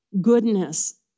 goodness